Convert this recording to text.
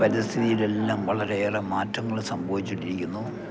പരിസ്ഥിതിയിലെല്ലാം വളരെയേറെ മാറ്റങ്ങള് സംഭവിച്ചിണ്ടിരിക്കുന്നു